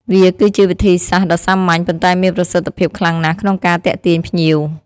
វាគឺជាវិធីសាស្ត្រដ៏សាមញ្ញ ប៉ុន្តែមានប្រសិទ្ធភាពខ្លាំងណាស់ក្នុងការទាក់ទាញភ្ញៀវ។